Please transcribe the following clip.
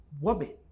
woman